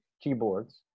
keyboards